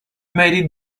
made